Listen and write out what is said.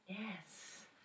Yes